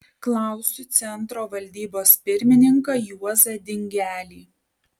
klausiu centro valdybos pirmininką juozą dingelį